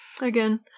Again